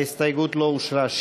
ההסתייגות לא אושרה.